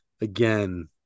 again